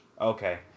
Okay